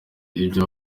ibyo